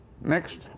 Next